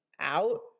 Out